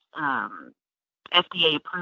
FDA-approved